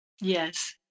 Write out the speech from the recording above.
Yes